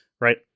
right